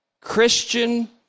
Christian